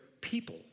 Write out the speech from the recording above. people